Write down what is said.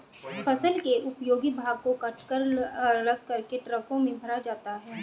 फसल के उपयोगी भाग को कटकर अलग करके ट्रकों में भरा जाता है